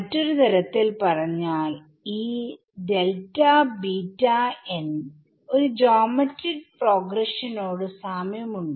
മറ്റൊരു തരത്തിൽ പറഞ്ഞാൽ ഈ ഒരു ജോമെട്രിക് പ്രോഗ്രഷനോട് സാമ്യം ഉണ്ട്